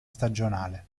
stagionale